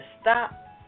stop